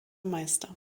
meister